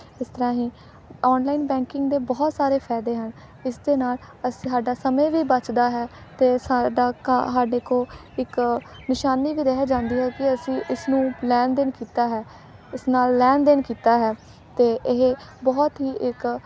ਇਸ ਤਰ੍ਹਾਂ ਹੀ ਔਨਲਾਈਨ ਬੈਂਕਿੰਗ ਦੇ ਬਹੁਤ ਸਾਰੇ ਫਾਇਦੇ ਹਨ ਇਸ ਦੇ ਨਾਲ ਅਸ ਸਾਡਾ ਸਮੇਂ ਵੀ ਬਚਦਾ ਹੈ ਅਤੇ ਸਾਡਾ ਕਾ ਸਾਡੇ ਕੋਲ ਇੱਕ ਨਿਸ਼ਾਨੀ ਵੀ ਰਹਿ ਜਾਂਦੀ ਹੈ ਕਿ ਅਸੀਂ ਇਸਨੂੰ ਲੈਣ ਦੇਣ ਕੀਤਾ ਹੈ ਇਸ ਨਾਲ ਲੈਣ ਦੇਣ ਕੀਤਾ ਹੈ ਅਤੇ ਇਹ ਬਹੁਤ ਹੀ ਇੱਕ